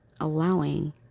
Allowing